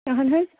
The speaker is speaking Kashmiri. اہن حظ